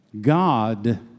God